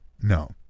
No